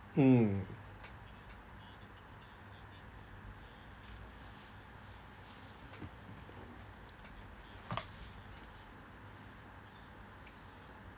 mm